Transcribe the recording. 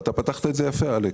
אתה פתחת יפה אלכס,